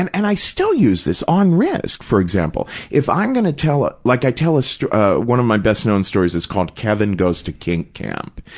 and and i still use this on risk, for example. if i'm going to tell, ah like i tell, so ah one of my best-known stories is called kevin goes to kink camp,